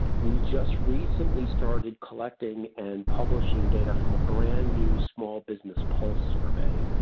we just recently started collecting and publishing data from a brand new small business pulse survey.